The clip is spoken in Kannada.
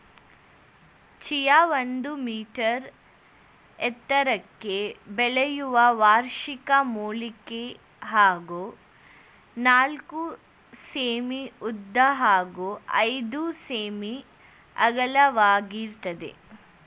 ಚಿಯಾ ಒಂದು ಮೀಟರ್ ಎತ್ತರಕ್ಕೆ ಬೆಳೆಯುವ ವಾರ್ಷಿಕ ಮೂಲಿಕೆ ಹಾಗೂ ನಾಲ್ಕು ಸೆ.ಮೀ ಉದ್ದ ಹಾಗೂ ಐದು ಸೆ.ಮೀ ಅಗಲವಾಗಿರ್ತದೆ